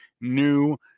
new